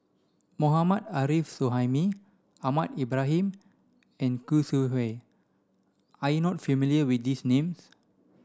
Mohammad Arif Suhaimi Ahmad Ibrahim and Khoo Sui Hoe are you not familiar with these names